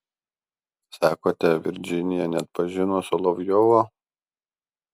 sakote virdžinija nepažino solovjovo